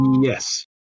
Yes